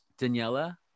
Daniela